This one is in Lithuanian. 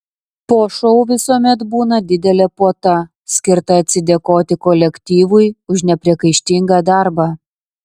po šou visuomet būna didelė puota skirta atsidėkoti kolektyvui už nepriekaištingą darbą